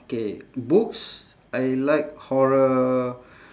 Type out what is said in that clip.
K books I like horror